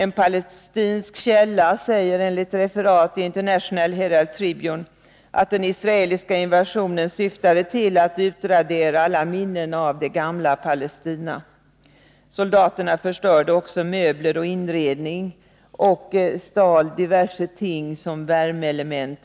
En palestinsk källa säger enligt referat i International Herald Tribune, att den israeliska invasionen syftade till att utradera alla minnen av det gamla Palestina. Soldaterna förstörde också möbler och inredning och stal diverse ting, t.ex. värmeelement.